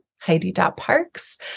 Heidi.Parks